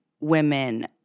women